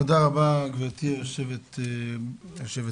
תודה רבה גברתי היושבת ראש,